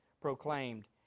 proclaimed